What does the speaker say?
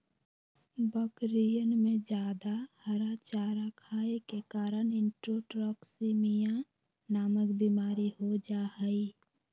बकरियन में जादा हरा चारा खाये के कारण इंट्रोटॉक्सिमिया नामक बिमारी हो जाहई